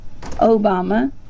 Obama